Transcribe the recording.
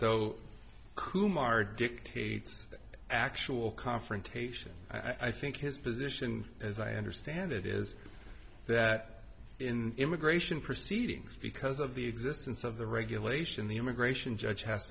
though kumar dictates actual confrontation i think his position as i understand it is that in immigration proceedings because of the existence of the regulation the immigration judge has